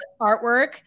artwork